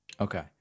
Okay